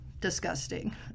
disgusting